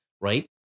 right